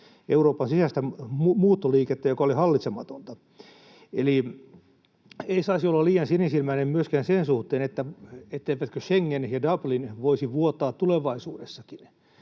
Euroopan sisäistä muuttoliikettä, joka oli hallitsematonta. Eli ei saisi olla liian sinisilmäinen myöskään sen suhteen, etteivätkö Schengen ja Dublin voisi vuotaa tulevaisuudessakin.